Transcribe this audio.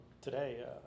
Today